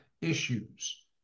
issues